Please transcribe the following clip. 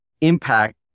impact